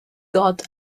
got